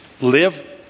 live